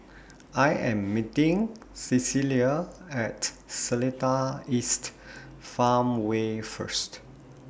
I Am meeting Cecilia At Seletar East Farmway First